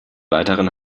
weiteren